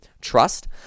Trust